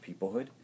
peoplehood